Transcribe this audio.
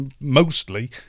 Mostly